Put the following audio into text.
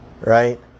right